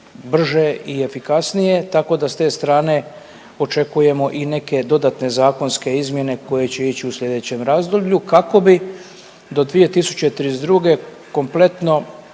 i efikasnije tako da s te strane očekujemo i neke dodatne zakonske izmjene koje će ići u slijedećem razdoblju kako bi do 2032. kompletno